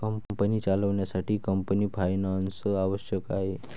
company चालवण्यासाठी company finance आवश्यक आहे